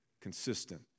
consistent